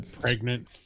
pregnant